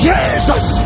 Jesus